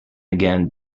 again